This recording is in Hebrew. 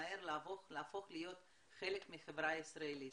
מהר להפוך להיות חלק מהחברה הישראלית